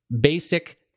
basic